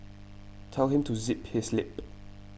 tell him to zip his lip